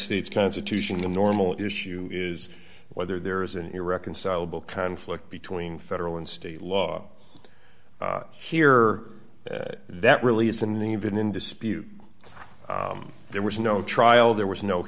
states constitution the normal issue is whether there is an irreconcilable conflict between federal and state law here that really isn't even in dispute there was no trial there was no